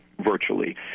Virtually